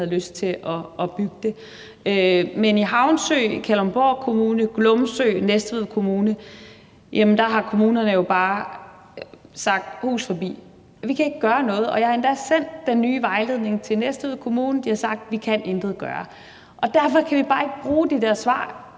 havde lyst til at bygge det. Men i Havnsø i Kalundborg Kommune og Glumsø i Næstved Kommune har kommunerne jo bare sagt: Hus forbi, vi kan ikke gøre noget. Jeg har endda sendt den nye vejledning til Næstved Kommune, og de har sagt: Vi kan intet gøre. Derfor kan vi bare ikke bruge de der svar